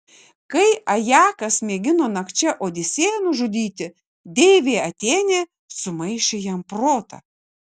kai ajakas mėgino nakčia odisėją nužudyti deivė atėnė sumaišė jam protą